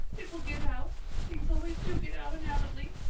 it will get out things always do get out in avonlea.